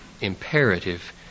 imperative